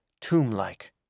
tomb-like